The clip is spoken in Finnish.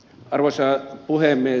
arvoisa puhemies